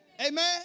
Amen